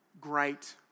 great